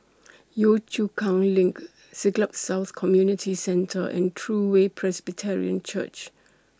Yio Chu Kang LINK Siglap South Community Centre and True Way Presbyterian Church